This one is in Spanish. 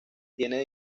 tiene